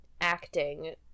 acting